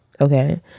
okay